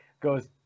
goes